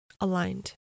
aligned